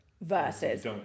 versus